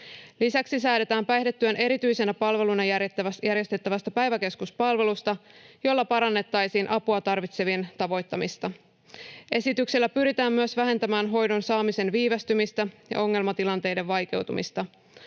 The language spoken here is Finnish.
Lisäksi säädetään päihdetyön erityisenä palveluna järjestettävästä päiväkeskuspalvelusta, jolla parannettaisiin apua tarvitsevien tavoittamista. Esityksellä pyritään myös vähentämään hoidon saamisen viivästymistä ja ongelmatilanteiden vaikeutumista.